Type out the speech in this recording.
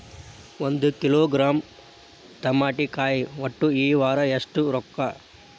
ಒಂದ್ ಕಿಲೋಗ್ರಾಂ ತಮಾಟಿಕಾಯಿ ಒಟ್ಟ ಈ ವಾರ ಎಷ್ಟ ರೊಕ್ಕಾ?